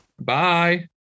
Bye